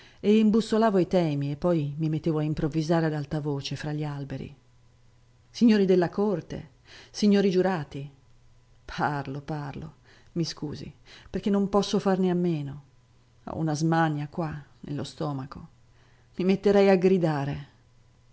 e imbussolavo i temi e poi mi mettevo a improvvisare ad alta voce fra gli alberi signori della corte signori giurati parlo parlo mi scusi perché non posso farne a meno ho una smania qua nello stomaco i metterei a gridare